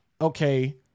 okay